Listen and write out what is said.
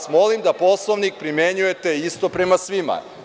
Molim vas da Poslovnik primenjujete isto prema svima.